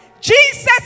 Jesus